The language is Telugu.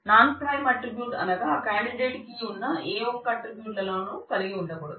నాన్ ప్రైమ్ ఆట్రిబ్యూట్ అనగా కేండిడేట్ కీ ఉన్న ఏ ఒక్క ఆట్రిబ్యూట్లోను కూడా కలిగి ఉండదు